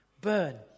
burn